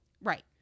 Right